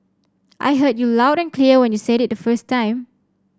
I heard you loud and clear when you said it the first time